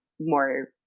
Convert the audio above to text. more